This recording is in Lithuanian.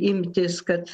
imtis kad